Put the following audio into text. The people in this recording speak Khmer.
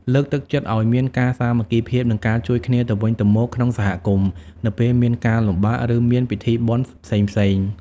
លើកទឹកចិត្តឲ្យមានការសាមគ្គីភាព និងការជួយគ្នាទៅវិញទៅមកក្នុងសហគមន៍ នៅពេលមានការលំបាក ឬមានពិធីបុណ្យផ្សេងៗ។